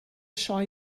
sioe